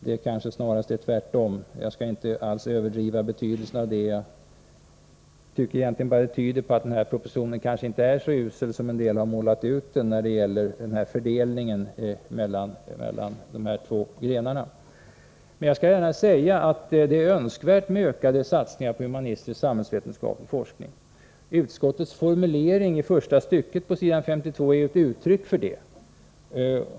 Det är kanske snarast tvärtom. Jag skall inte överdriva betydelsen av det, men jag tycker att detta tyder på att propositionen kanske inte är så usel som somliga har beskrivit den när det gäller fördelningen mellan de två forskningsgrenarna. Nr 166 Jag vill gärna säga att det är önskvärt med ökade satsningar på humanistisk Torsdagen den och samhällsvetenskaplig forskning. Utskottets formulering i första stycket = 3 juni 1984 på s. 52 i betänkandet är ett uttryck för det.